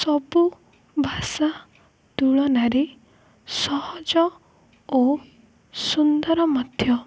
ସବୁ ଭାଷା ତୁଳନାରେ ସହଜ ଓ ସୁନ୍ଦର ମଧ୍ୟ